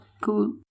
Cool